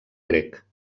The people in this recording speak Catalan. grec